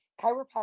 chiropractic